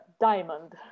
diamond